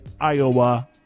Iowa